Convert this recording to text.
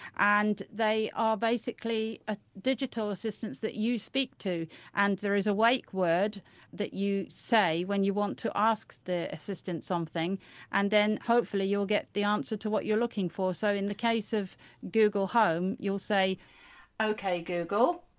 and they are basically a digital assistance that you speak to and there is a wake word that you say when you want to ask the assistant something and then hopefully you'll get the answer to what you're looking for. so in the case of google home you'll say okay google.